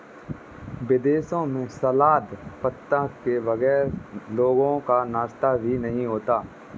विदेशों में सलाद पत्ता के बगैर लोगों का नाश्ता ही नहीं होता